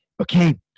Okay